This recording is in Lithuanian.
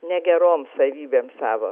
negerom savybėm savo